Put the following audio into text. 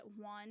one